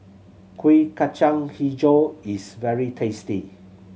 Kuih Kacang Hijau is very tasty